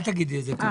אל תגידי את זה.